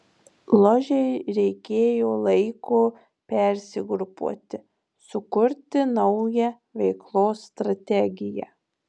ložei reikėjo laiko persigrupuoti sukurti naują veiklos strategiją